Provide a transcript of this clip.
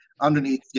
underneath